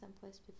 someplace